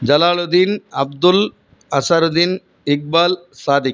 Jalaluddin Abdul Azharuddin Iqbal Sadiq